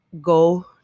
go